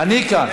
אני כאן.